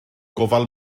gofal